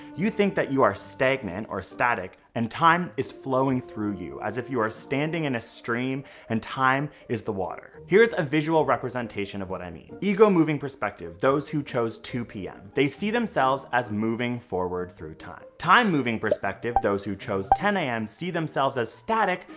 you think that you are stagnant or static and time is flowing through you as if you are standing in a stream and time is the water. here's a visual representation of what i mean. ego-moving perspective, those who chose two zero p m, they see themselves as moving forward through time. time-moving perspective, those who chose ten zero a m, see themselves as static,